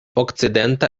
okcidenta